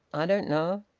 i don't know.